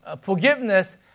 forgiveness